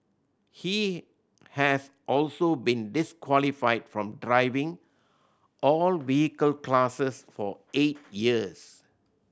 he has also been disqualified from driving all vehicle classes for eight years